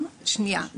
שנייה.